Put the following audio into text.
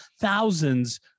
thousands